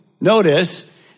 notice